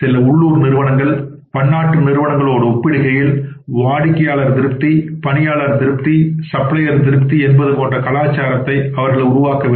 சில உள்ளூர் நிறுவனங்கள் பன்னாட்டு நிறுவனங்களோடு ஒப்பிடுகையில் வாடிக்கையாளர் திருப்தி பணியாளர் திருப்தி சப்ளையர் திருப்தியின் என்பது போன்ற கலாச்சாரத்தை அவர்கள் உருவாக்கவில்லை